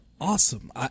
Awesome